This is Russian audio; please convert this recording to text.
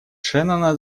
шеннона